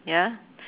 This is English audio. ya